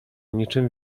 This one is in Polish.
niczym